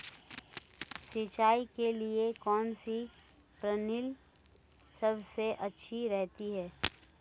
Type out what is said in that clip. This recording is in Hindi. सिंचाई के लिए कौनसी प्रणाली सबसे अच्छी रहती है?